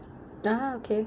ah okay